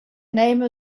name